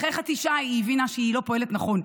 אחרי חצי שעה היא הבינה שהיא לא פועלת נכון.